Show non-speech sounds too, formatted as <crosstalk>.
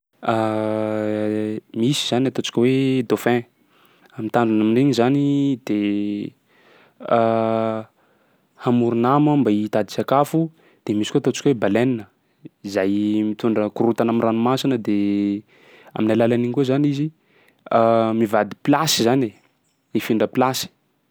<hesitation> Misy zany ny ataontsika hoe dauphin, ny tandrony amin'igny zany de <hesitation> hamory nama mba hitady sakafo. De misy koa ataontsika hoe baleine zay mitondra korontana am'ranomasina de amin'ny alalan'iny koa zany izy <hesitation> mivady plasy zany e, mifindra plasy.